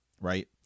right